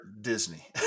Disney